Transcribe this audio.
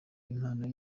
impano